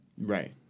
Right